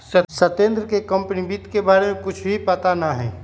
सत्येंद्र के कंपनी वित्त के बारे में कुछ भी पता ना हई